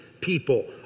people